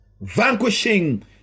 Vanquishing